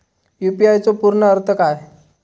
UPI चो पूर्ण अर्थ काय?